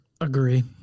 Agree